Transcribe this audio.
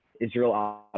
Israel